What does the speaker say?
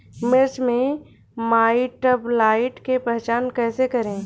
मिर्च मे माईटब्लाइट के पहचान कैसे करे?